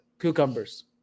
cucumbers